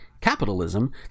Capitalism